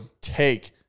take